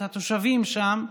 את התושבים שם,